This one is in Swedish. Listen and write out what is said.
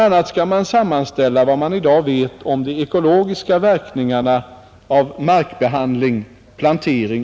a. skall man sammanställa vad man i dag vet om de ekologiska verkningarna av markbehandling, plantering